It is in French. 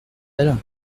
elles